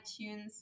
iTunes